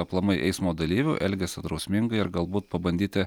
aplamai eismo dalyvių elgiasi drausmingai ir galbūt pabandyti